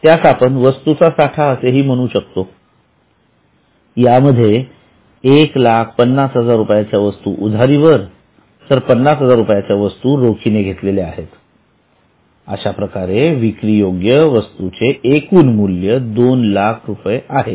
त्यास आपण वस्तूचा साठा असेही म्हणू शकतो त्यामध्ये १५००० रुपयांच्या वस्तू उधारीवर तर५०००० रुपयांच्या वस्तू रोखीने घेतलेल्या आहेत अशाप्रकारे एकूण वस्तूचे मूल्य २००००० रुपये आहे